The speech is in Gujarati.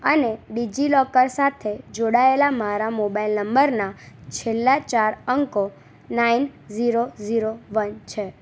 અને ડિજિલોકર સાથે જોડાયેલા મારા મોબાઇલ નંબરના છેલ્લા ચાર અંકો નાઇન ઝીરો ઝીરો વન છે